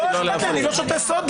לא אכפת לי, אני לא שותה סודה.